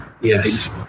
Yes